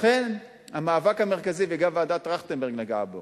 לכן, המאבק המרכזי, וגם ועדת-טרכטנברג נגעה בו,